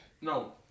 No